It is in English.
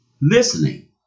listening